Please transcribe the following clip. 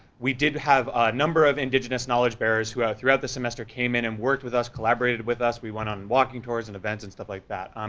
we did have a number of indigenous knowledge bearers who, throughout the semester, came in and worked with us, collaborated with us, we went on walking tours and events and stuff like that.